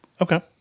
Okay